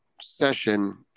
session